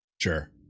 Sure